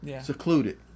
secluded